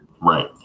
Right